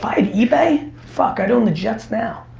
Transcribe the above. but had ebay, fuck, i'd own the jets now.